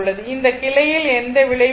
இந்த கிளையில் எந்த விளைவும் இல்லை